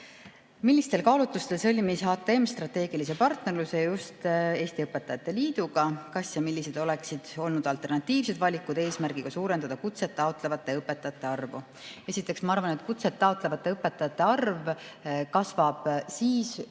"Millistel kaalutlustel sõlmis HTM strateegilise partnerluse just EÕL‑iga? Kas ja millised oleksid olnud alternatiivsed valikud eesmärgiga suurendada kutset taotlevate õpetajate arvu?" Esiteks, ma arvan, et kutset taotlevate õpetajate arv kasvab siis,